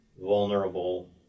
vulnerable